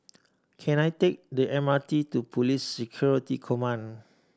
can I take the M R T to Police Security Command